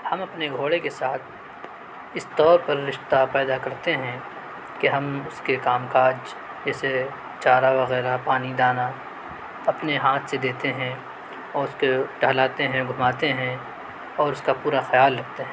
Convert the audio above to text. ہم اپنے گھوڑے کے ساتھ اس طور پر رشتہ پیدا کرتے ہیں کہ ہم اس کے کام کاج جیسے چارہ وغیرہ پانی دانا اپنے ہاتھ سے دیتے ہیں اور اس کو ٹہلاتے ہیں گھماتے ہیں اور اس کا پورا خیال رکھتے ہیں